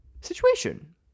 situation